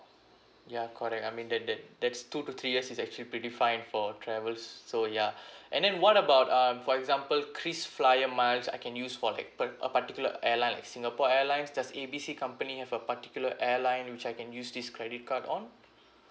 ya correct I mean that that that's two to three years is actually pretty fine for travels so ya and then what about um for example krisflyer miles I can use for like part~ a particular airline like singapore airlines does A B C company have a particular airline which I can use this credit card on